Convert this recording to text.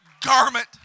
garment